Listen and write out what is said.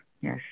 Yes